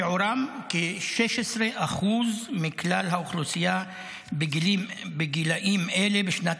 שיעורם כ-16% מכלל האוכלוסייה בגילים אלה בשנת